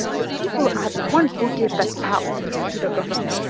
the people are the ones who give that power to the government,